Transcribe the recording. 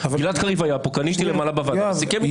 -- יש פה כנסת, יש נוהגים בכנסת -- יואב,